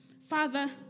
Father